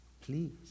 please